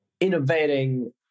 innovating